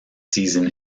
season